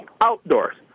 Outdoors